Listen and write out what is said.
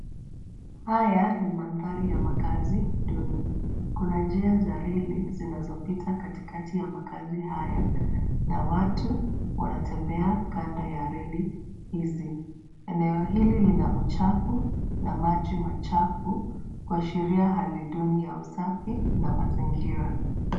Haya ni mandhari ya makazi duni. Kuna njia za reli zinazopita katikati ya makazi haya na watu wanatembea kando ya reli hizi. Eneo hili lina uchafu na maji machafu kuashiria hali duni ya usafi na mazingira.